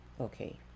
okay